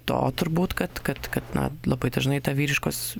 to turbūt kad kad kad na pati žinai ta vyriškos